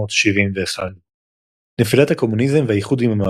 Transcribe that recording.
1971. נפילת הקומוניזם והאיחוד עם המערב